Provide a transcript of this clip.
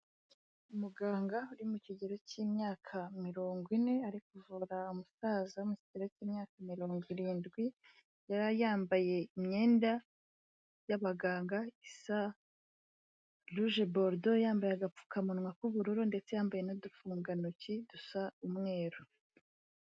Umuganga uri mu kigero k'imyaka mirongo ine, ari kuvura umusaza uri mu kigero k'imyaka mirongo irindwi yari yambaye imyenda y'abaganga isa rouge bordeaux yambaye agapfukamunwa k'ubururu ndetse yambaye n'udufugantoki dusa umweru.